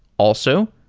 also,